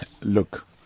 look